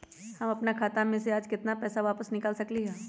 हम अपन खाता में से आज केतना पैसा निकाल सकलि ह?